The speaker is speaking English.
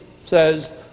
says